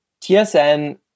TSN